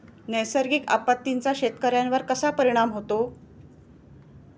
नैसर्गिक आपत्तींचा शेतकऱ्यांवर कसा परिणाम होतो?